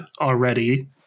already